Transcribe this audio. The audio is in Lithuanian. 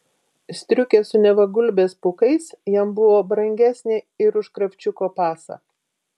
striukė su neva gulbės pūkais jam buvo brangesnė ir už kravčiuko pasą